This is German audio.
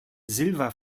silva